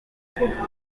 twugarijwe